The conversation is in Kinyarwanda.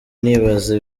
nibaza